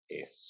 es